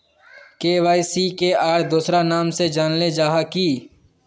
KYC के आर दोसरा नाम से जानले जाहा है की?